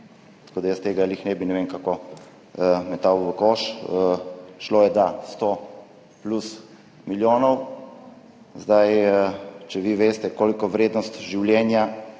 Tako jaz tega ravno ne bi ne vem kako metal v koš. Šlo je, da, sto plus milijonov. Če vi veste, koliko je vrednost življenja,